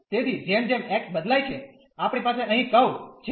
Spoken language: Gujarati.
તેથી જેમ જેમ x બદલાય છે આપણી પાસે અહીં કર્વ છે